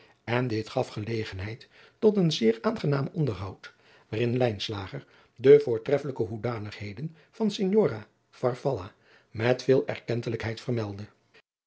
en dit gaf gelegenheid tot een zeer aangenaam onderhoud waarin lijnslager de voortreffelijke hoedanigheden van signora farfalla met veel erkentelijkheid vermeldde